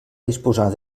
disposar